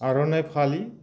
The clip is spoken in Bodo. आरनाइ फालि